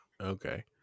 Okay